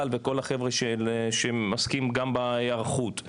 לאומי ולכל החבר'ה שמתעסקים גם בהיערכות,